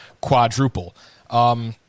quadruple